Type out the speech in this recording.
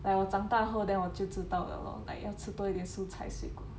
like 我长大后 then 我就知道了咯 like 要吃多一点蔬菜水果